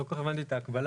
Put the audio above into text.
לא כל כך הבנתי את ההקבלה.